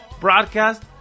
broadcast